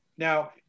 Now